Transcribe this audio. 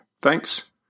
Thanks